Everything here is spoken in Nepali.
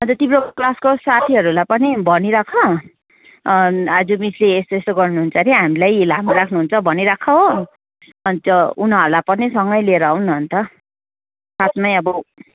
अन्त तिम्रो क्लासको साथीहरूलाई पनि भनिराख आज मिसले यस्तो यस्तो गर्नु हुन्छ अरे हामीलाई लामो राख्नु हुन्छ भनिराख हो अन्त उनीहरूलाई पनि सँगै लिएर आउ न अन्त खासमै अब